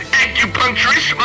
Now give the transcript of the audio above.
acupuncturist